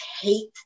hate